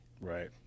right